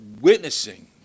witnessing